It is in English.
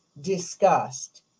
discussed